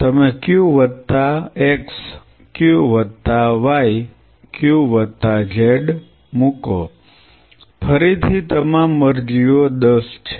તમે Q વત્તા x Q વત્તા y Q વત્તા z મૂકો ફરીથી તમામ અરજીઓ 10 છે